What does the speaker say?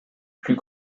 plus